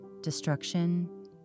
destruction